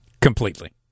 Completely